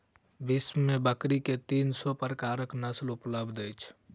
विश्व में बकरी के तीन सौ प्रकारक नस्ल उपलब्ध अछि